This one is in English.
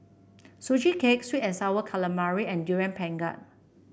Sugee Cake sweet and sour calamari and Durian Pengat